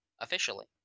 Officially